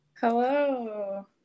hello